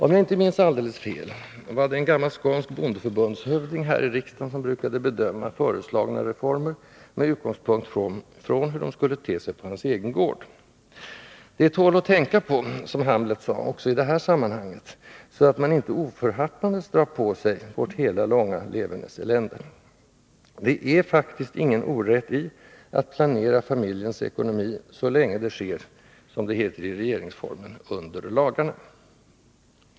Om jag inte minns alldeles fel var det en gammal skånsk bondeförbundshövding här i riksdagen som brukade bedöma föreslagna reformer med utgångspunkt i hur det skulle te sig på hans egen gård. ”Det tål att tänka på”, som Hamlet sade, också i det här sammanhanget, så att man inte oförhappandes drar på sig ”vårt hela långa levernes elände”. Det är faktiskt inget orätt i att planera familjens ekonomi så länge det sker, som det heter i regeringsformen, ”under lagarna”.